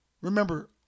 Remember